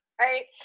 right